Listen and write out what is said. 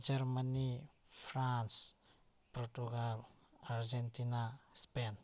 Germany France Portugal Argentina Spain